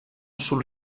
sul